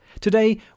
Today